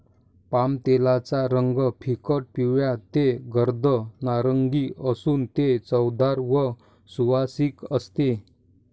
पामतेलाचा रंग फिकट पिवळा ते गर्द नारिंगी असून ते चवदार व सुवासिक असते